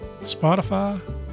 Spotify